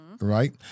right